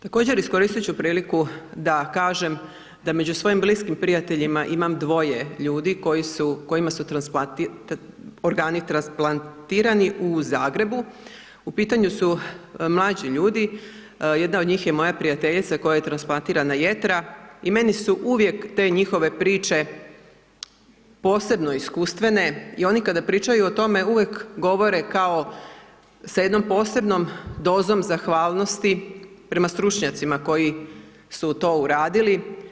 Također iskoristi ću priliku da kažem da među svojim bliskim prijateljima imam dvoje ljudi koji su, kojima su organi transplantirani u Zagrebu, u pitanju su mlađi ljudi jedna od njih je moja prijateljica kojoj je transplantirana jetra i meni su uvijek te njihove priče posebno iskustvene i oni kada pričaju o tome uvijek govore kao s jednom posebnom dozom zahvalnosti prema stručnjacima koji su to uradili.